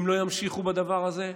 אם לא ימשיכו בדבר הזה,